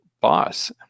boss